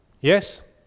yes